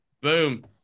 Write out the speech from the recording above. Boom